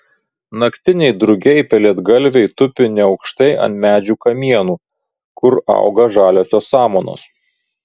naktiniai drugiai pelėdgalviai tupi neaukštai ant medžių kamienų kur auga žaliosios samanos